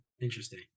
Interesting